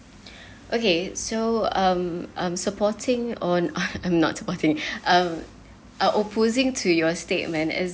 okay so um supporting on uh I'm not supporting um I'm opposing to your statement as